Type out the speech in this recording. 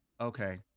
okay